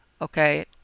okay